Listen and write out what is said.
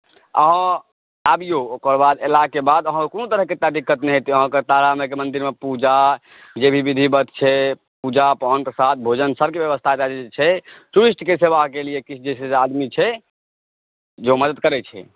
अहाँ अबियौ ओकर बाद एलाके बाद अहाँकेँ कोनो तरहके एतय दिक्कत नहि हेतै अहाँकेँ तारामाइके मन्दिरमे पूजा जे भी विधिवत छै पूजा पान प्रसाद भोजन सभके व्यवस्था एतय जे छै टूरिस्टके सेवाके लिए किछु जे छै से आदमी छै जे मदद करैत छै